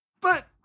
But-